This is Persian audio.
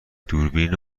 دوربین